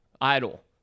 idle